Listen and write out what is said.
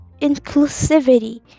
inclusivity